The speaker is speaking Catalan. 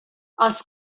els